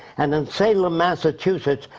and, in salem, massachusetts,